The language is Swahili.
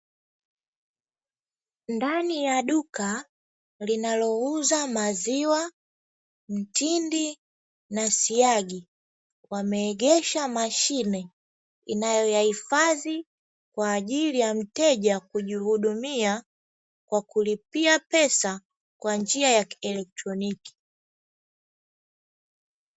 Ndani ya duka linalouza maziwa mtindi na siagi, wameegesha mashine inayoyahifadhi kwa ajili ya mteja kujihudumia, kwa kulipia pesa kwa njia ya kielektroniki.